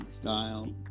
style